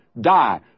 die